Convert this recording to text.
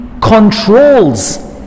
controls